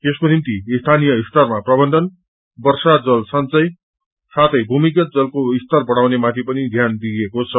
यसको निम्ति स्थानीय स्तरामा प्रबन्धन वर्षा जल संचय साथै भमिगत जलको स्तर बढ़ाउने माथि पनि ध्यान दिइएको छ